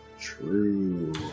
True